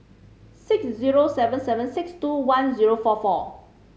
six zero seven seven six two one zero four four